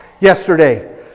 yesterday